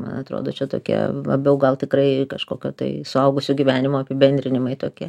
man atrodo čia tokie labiau gal tikrai kažkokio tai suaugusio gyvenimo apibendrinimai tokie